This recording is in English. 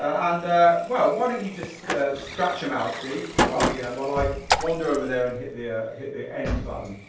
and well, why don't you just scratch them out steve while yeah while i wander over there and hit the ah hit the end